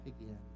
again